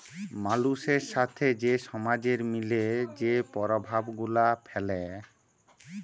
মালুসের সাথে যে সমাজের মিলে যে পরভাব গুলা ফ্যালে